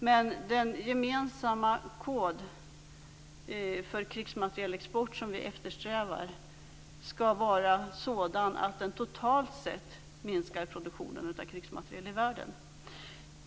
Men den gemensamma kod för krigsmaterielexport som vi eftersträvar skall vara sådan att den totalt sett minskar produktionen av krigsmateriel i världen.